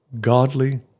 godly